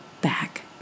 back